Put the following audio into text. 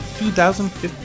2015